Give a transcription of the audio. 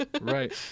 right